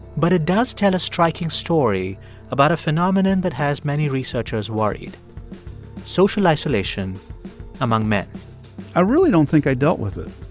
but it does tell a striking story about a phenomenon that has many researchers worried social isolation among men i really don't think i dealt with it.